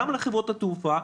גם לחברות התעופה,